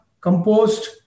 composed